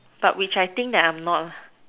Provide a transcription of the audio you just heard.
but which that I'm not